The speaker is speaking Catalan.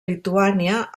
lituània